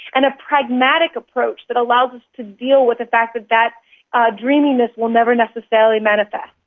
and a pragmatic approach that allows us to deal with the fact that that ah dreaminess will never necessarily manifest.